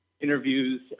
interviews